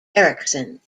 eriksson